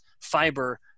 fiber